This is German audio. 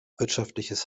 wirtschaftliches